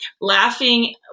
laughing